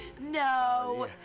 No